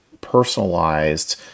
personalized